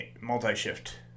multi-shift